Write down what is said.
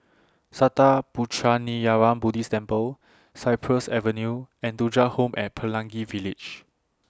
Sattha Puchaniyaram Buddhist Temple Cypress Avenue and Thuja Home At Pelangi Village